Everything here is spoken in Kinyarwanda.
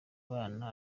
bana